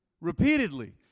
Repeatedly